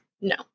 No